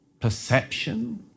perception